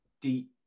deep